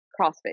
CrossFit